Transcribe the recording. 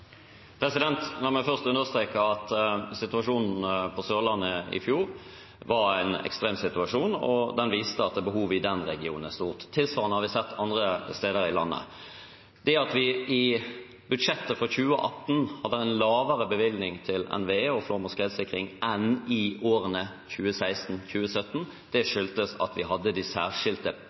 La meg først understreke at situasjonen på Sørlandet i fjor var en ekstrem situasjon, og den viste at behovet i den regionen er stort. Tilsvarende har vi sett andre steder i landet. Det at vi i budsjettet for 2018 hadde en lavere bevilgning til NVE og flom- og skredsikring enn i årene 2016 og 2017, skyldtes at vi hadde de særskilte